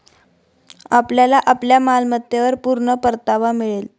आपल्याला आपल्या मालमत्तेवर पूर्ण परतावा मिळेल